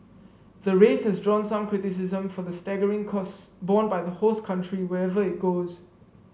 the race has drawn some criticism for the staggering costs borne by the host country wherever it goes